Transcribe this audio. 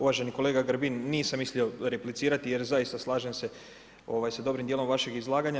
Uvaženi kolega Grbin, nisam mislio replicirati jer zaista slažem se sa dobrim dijelom vašeg izlaganja.